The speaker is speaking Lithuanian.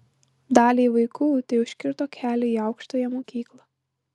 daliai vaikų tai užkirto kelią į aukštąją mokyklą